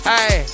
Hey